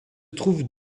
trouvent